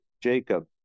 Jacob